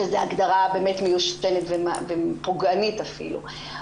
שזו הגדרה באמת מיושנת ופוגענית אפילו,